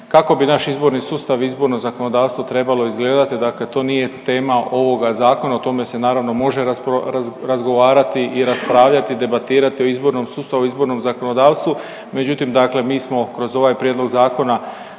kako bi naš izborni sustav, izborno zakonodavstvo trebalo izgledati, dakle to nije tema ovoga Zakona, o tome se naravno, može razgovarati i raspravljati, debatirati o izbornom sustavu, o izbornom zakonodavstvu, međutim, dakle mi smo kroz ovaj prijedlog zakona